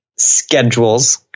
schedules